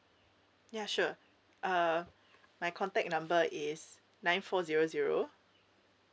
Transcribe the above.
ya sure uh my contact number is nine four zero zero